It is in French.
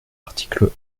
articles